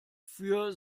für